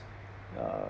uh